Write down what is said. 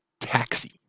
taxi